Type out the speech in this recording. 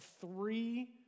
three